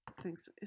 Thanks